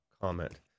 comment